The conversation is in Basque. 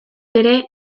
ere